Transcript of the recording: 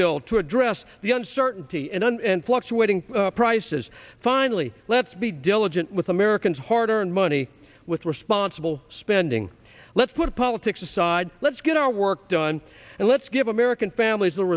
bill to address the un certainty and and fluctuating prices finally let's be diligent with americans hard earned money with responsible spending let's put politics aside let's get our work done and let's give american families